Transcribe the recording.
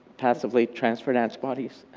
passively transferred antibodies?